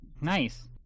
Nice